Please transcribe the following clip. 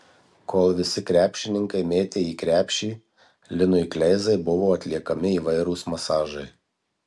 kol visi krepšininkai mėtė į krepšį linui kleizai buvo atliekami įvairūs masažai